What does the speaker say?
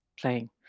playing